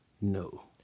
No